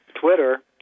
Twitter